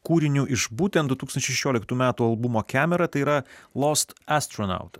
kūriniu iš būtent du tūkstančiai šešioliktų metų albumo kemerą tai yra lost astronaut